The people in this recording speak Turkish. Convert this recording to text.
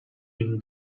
bin